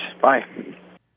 Bye